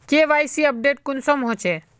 KYC update कुंसम होचे?